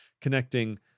connecting